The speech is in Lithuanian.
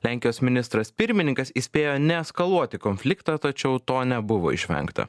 lenkijos ministras pirmininkas įspėjo ne eskaluoti konfliktą tačiau to nebuvo išvengta